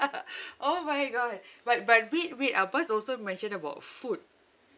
oh my god but but re~ re~ our pass also mentioned about food